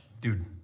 dude